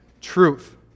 truth